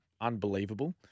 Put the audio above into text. Unbelievable